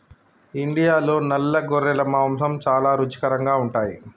ఇండియాలో నల్ల గొర్రెల మాంసం చాలా రుచికరంగా ఉంటాయి